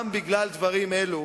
גם בגלל דברים אלו,